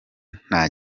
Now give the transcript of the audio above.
nta